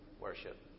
worship